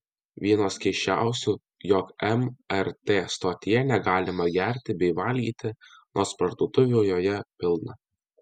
vienos keisčiausių jog mrt stotyje negalima gerti bei valgyti nors parduotuvių joje pilna